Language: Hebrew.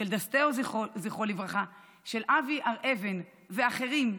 של דסטאו, זכרו לברכה, של אבי הר-אבן ואחרים,